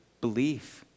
belief